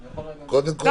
לא.